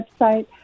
website